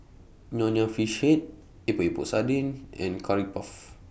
Nonya Fish Head Epok Epok Sardin and Curry Puff